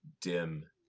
dim